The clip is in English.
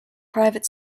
private